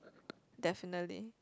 definitely